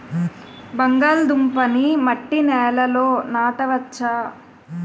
బంగాళదుంప నీ మట్టి నేలల్లో నాట వచ్చా?